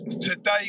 today